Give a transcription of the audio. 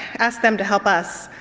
ask them to help us